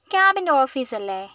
ക്യാബിൻറ്റെ ഓഫീസല്ലേ